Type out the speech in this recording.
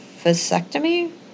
vasectomy